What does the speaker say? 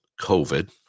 COVID